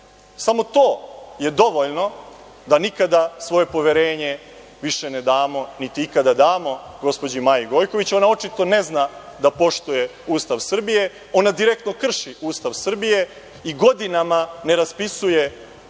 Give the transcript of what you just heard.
to je dovoljno da nikada svoje poverenje više ne damo, niti ikada damo gospođi Maji Gojković. Ona očito ne zna da poštuje Ustav Srbije. Ona direktno krši Ustav Srbije i godinama ne raspisuje izbore